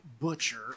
Butcher